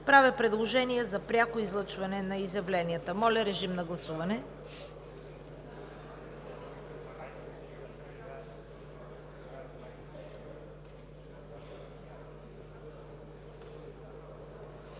Правя предложение за пряко излъчване на изявленията. Моля, режим на гласуване.